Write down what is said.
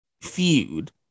feud